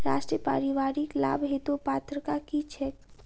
राष्ट्रीय परिवारिक लाभ हेतु पात्रता की छैक